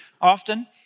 often